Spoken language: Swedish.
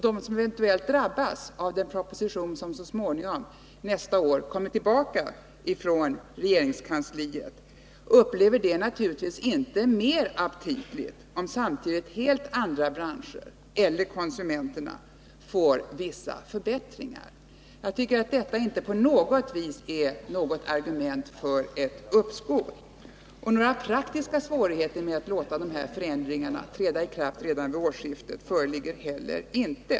De som eventuellt drabbas av de förslag som så småningom kommer tillbaka från regeringen i en proposition nästa år upplever naturligtvis inte detta som mer aptitligt bara därför att helt andra branscher eller konsumenterna samtidigt får vissa förbättringar. Enligt min mening är detta inte på något vis något argumet för ett uppskov. Några praktiska svårigheter med att låta förändringarna träda i kraft redan vid årsskiftet föreligger heller inte.